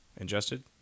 Ingested